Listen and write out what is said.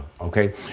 okay